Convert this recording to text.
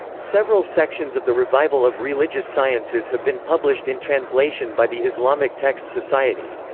several sections of the revival of religious sciences have been published in translation by the islamic texts society.